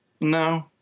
No